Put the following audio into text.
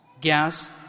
gas